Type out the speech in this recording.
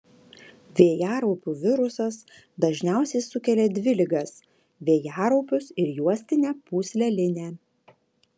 vėjaraupių virusas dažniausiai sukelia dvi ligas vėjaraupius ir juostinę pūslelinę